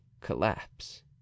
collapse